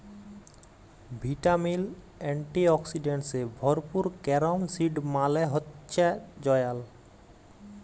vitamin, antioxidants এ ভরপুর carom seed মালে হচ্যে জয়াল